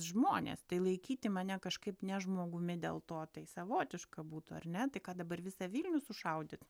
žmonės tai laikyti mane kažkaip ne žmogumi dėl to tai savotiška būtų ar ne tai ką dabar visą vilnių sušaudyt